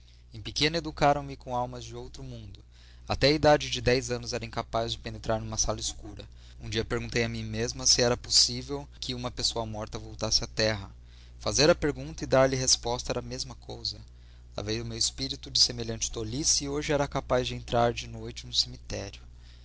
em pequena educaram me com almas do outro mundo até a idade de dez anos era incapaz de penetrar numa sala escura um dia perguntei a mim mesma se era possível que uma pessoa morta voltasse à terra fazer a pergunta e dar-lhe resposta era a mesma coisa lavei o meu espírito de semelhante tolice e hoje era capaz de entrar de noite num cemitério